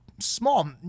small